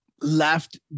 left